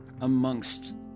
amongst